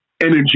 energy